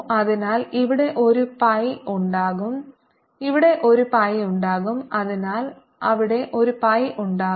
അതിനാൽ ഇവിടെ ഒരു പൈ ഉണ്ടാകും ഇവിടെ ഒരു പൈ ഉണ്ടാകും അതിനാൽ അവിടെ ഒരു പൈ ഉണ്ടാകും